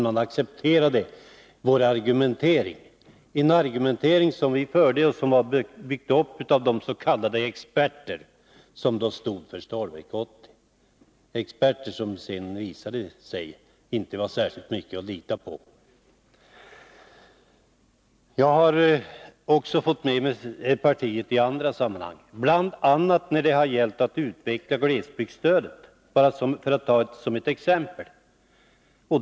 Man accepterade dock den argumentering vi förde som byggts upp av de s.k. experter som då stod för Stålverk 80 — experter som sedan visade sig inte vara särskilt mycket att lita på. Jag har också fått med mig partiet i andra sammanhang, bl.a. när det gällt att utveckla glesbygdsstödet, för att ta ett exempel.